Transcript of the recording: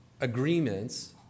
agreements